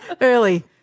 Early